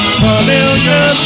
familiar